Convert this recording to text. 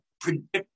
predict